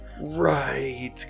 Right